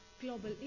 global